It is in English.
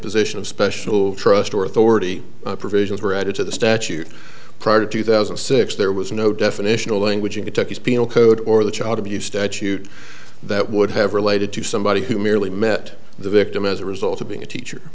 position of special trust or authority provisions were added to the statute prior to two thousand and six there was no definitional language in the text penal code or the child abuse statute that would have related to somebody who merely met the victim as a result of being a teacher